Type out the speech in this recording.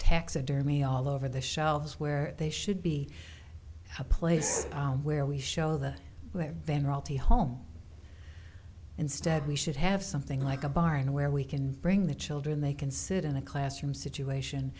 taxidermy all over the shelves where they should be a place where we show the where then royalty home instead we should have something like a barn where we can bring the children they can sit in a classroom situation